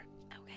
Okay